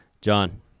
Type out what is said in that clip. John